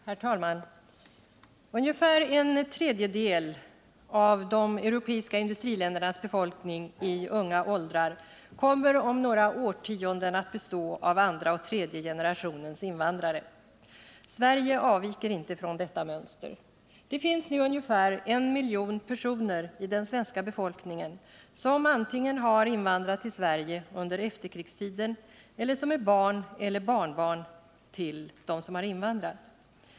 Herr talman! Ungefär en tredjedel av de europeiska industriländernas befolkning i unga åldrar kommer om några årtionden att bestå av andra och tredje generationens invandrare. Sverige avviker inte från detta mönster. Det finns nu ungefär en miljon personer i den svenska befolkningen som antingen har invandrat till Sverige under efterkrigstiden eller är barn eller barnbarn till dem som invandrat.